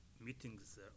meetings